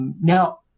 now